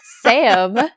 Sam